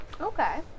Okay